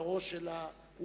לראש של האומה,